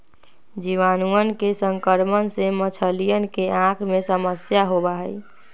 जीवाणुअन के संक्रमण से मछलियन के आँख में समस्या होबा हई